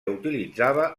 utilitzava